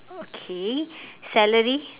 okay celery